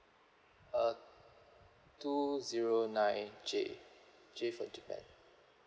uh two zero nine J J for japan